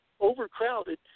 overcrowded